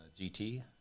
gt